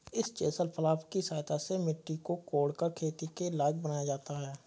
इस chisel plough की सहायता से मिट्टी को कोड़कर खेती के लायक बनाया जाता है